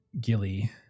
Gilly